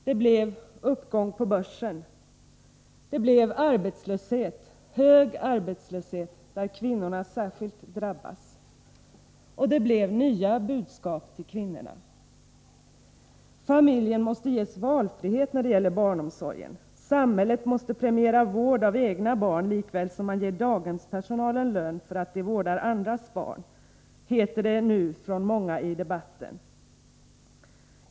Det blev uppgång på börsen. Det blev arbetslöshet — hög arbetslöshet, där kvinnorna särskilt drabbas. Och det blev nya budskap till kvinnorna. ”Familjen måste ges valfrihet när det gäller barnomsorgen. Samhället måste premiera vård av egna barn lika väl som man ger daghemspersonalen lön för att de vårdar andras barn”, heter det nu från många i debatten.